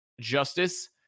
Justice